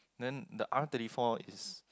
then the R thirty four is